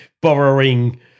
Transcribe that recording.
borrowing